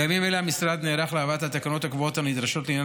בימים אלה המשרד נערך להבאת התקנות הקבועות הנדרשות לעניין